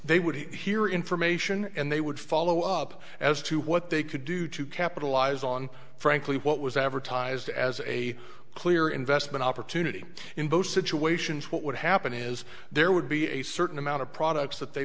they would hear information and they would follow up as to what they could do to capitalize on frankly what was advertised as a clear investment opportunity in both situations what would happen is there would be a certain amount of products that they